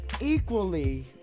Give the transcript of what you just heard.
Equally